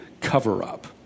cover-up